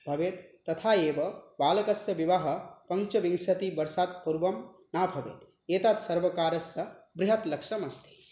भवेत् तथा एव बालकस्य विवाह पञ्चविंशति वर्षात् पूर्वं न भवेत् एतत् सर्वकारस्य बृहत् लक्ष्यमस्ति